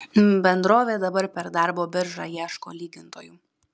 bendrovė dabar per darbo biržą ieško lygintojų